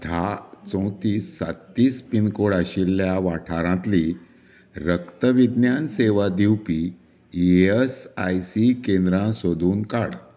धा चवतीस सात्तीस पीन कोड आशिल्ल्या वाठारांतलीं रक्तविज्ञान सेवा दिवपी ई एस आय सी केंद्रां सोदून काड